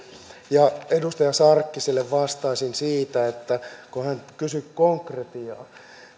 edustaja sarkkiselle vastaisin siitä kun hän kysyi konkretiaa